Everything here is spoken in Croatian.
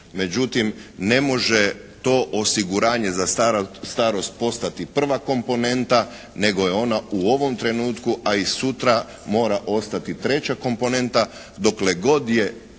Međutim ne može to osiguranje za starost postati prva komponenta nego je ona u ovom trenutku, a i sutra mora ostati treća komponenta dokle god je